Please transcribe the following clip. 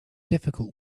difficult